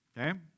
Okay